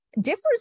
differs